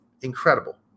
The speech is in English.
Incredible